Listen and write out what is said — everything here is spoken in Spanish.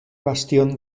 bastión